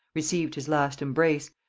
received his last embrace,